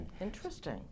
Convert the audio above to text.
Interesting